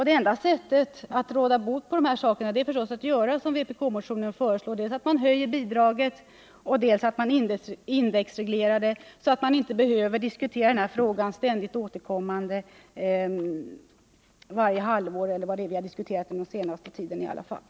Det enda sättet att råda bot på förhållandena är förstås att göra som vpk-motionen föreslår: dels höja bidraget, dels indexreglera det, så att vi inte behöver återkomma till den här frågan varje halvår, som nu varit fallet.